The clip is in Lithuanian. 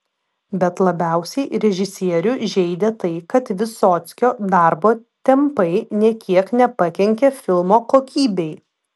bet labiausiai režisierių žeidė tai kad vysockio darbo tempai nė kiek nepakenkė filmo kokybei